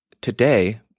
today